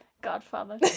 godfather